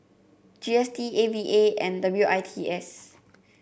G S T A V A and W I T S